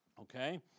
Okay